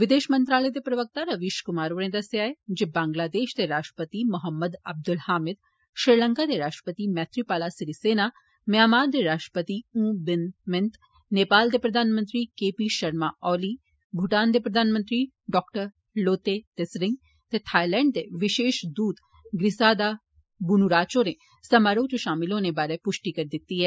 विदेश मंत्रालय दे प्रवक्ता रविश कुमार होरें दस्सेआ ऐ जे बांगलादेश दे राष्ट्रपति मोहम्मद अब्दुल हामिद श्रीलंका दे राष्ट्रपति मैत्रीपाला सिरीसेना म्यंमार दे राष्ट्रपति ऊ बिन मिंत नेपाल दे प्रधानमंत्री के पी शर्मा ओली भूटान दे प्रधानमंत्री डॉ लोते तैसरिंग ते थाईलैंड दे विशेष दूत ग्रिसादा बुनूराच होरें समारोह च शामिल होने बारे पुष्टि करी दित्ती ऐ